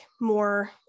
more